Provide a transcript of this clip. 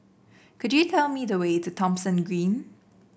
could you tell me the way to Thomson Green